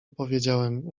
powiedziałem